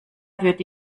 würde